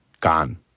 gone